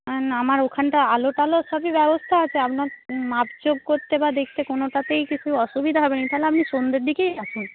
না আমার ওখানটা আলো টালো সবই ব্যবস্থা আছে আপনার মাপজোক করতে বা দেখতে কোনোটাতেই কিছু অসুবিধা হবে না তাহলে আপনি সন্ধ্যের দিকেই আসুন